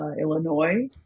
illinois